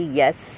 yes